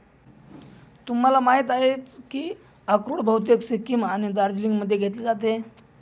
तुम्हाला माहिती आहेच की अक्रोड बहुतेक सिक्कीम आणि दार्जिलिंगमध्ये घेतले जाते